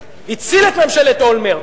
הציל את ממשלת אולמרט.